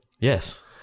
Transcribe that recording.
yes